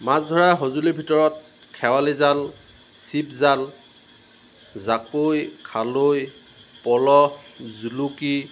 মাছ ধৰা সঁজুলিৰ ভিতৰত খেৱালি জাল চিপ জাল জাকৈ খালৈ পল জুলুকি